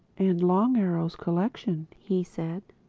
and long arrow's collection, he said.